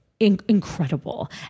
Incredible